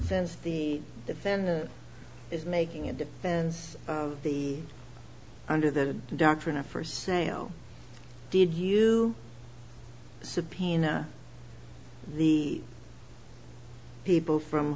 since the defendant is making a defense the under the doctrine of first sale did you subpoena the people from